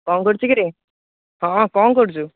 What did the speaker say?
କ'ଣ କରୁଛୁ କିରେ ହଁ କ'ଣ କରୁଛୁ